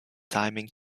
timing